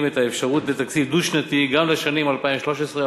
את האפשרות של תקציב דו-שנתי גם לשנים 2014-2013,